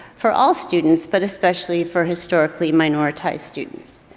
for all students but especially for historically minoritized students.